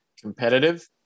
competitive